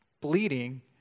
bleeding